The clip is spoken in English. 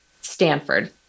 Stanford